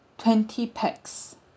twenty pax